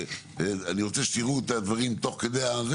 אני רוצה שתראו את הדברים תוך כדי הזה,